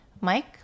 Mike